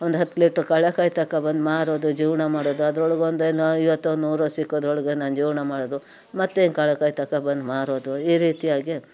ಒಂದು ಹತ್ತು ಲಿಟ್ರ್ ಕಡ್ಲೆಕಾಯಿ ತಗೊಂಡ್ಬಂದು ಮಾರೋದು ಜೀವನ ಮಾಡೋದು ಅದರೊಳಗೊಂದೇನೋ ಐವತ್ತೋ ನೂರೋ ಸಿಕ್ಕೋದ್ರೊಳಗೊಂದು ನಾನು ಜೀವನ ಮಾಡೋದು ಮತ್ತೆ ಕಡ್ಲೆಕಾಯಿ ತಗೊಂಡ್ಬಂದು ಮಾರೋದು ಈ ರೀತಿಯಾಗಿ